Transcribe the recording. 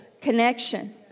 connection